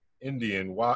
Indian